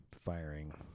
firing